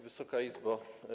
Wysoka Izbo!